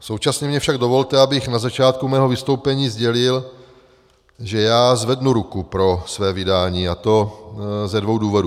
Současně mně však dovolte, abych na začátku svého vystoupení sdělil, že já zvednu ruku pro své vydání, a to ze dvou důvodů.